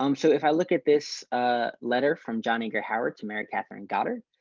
um so, if i look at this a letter from john eager howard to mary catherine goddard.